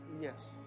Yes